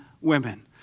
women